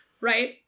Right